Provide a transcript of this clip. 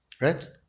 Right